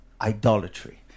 idolatry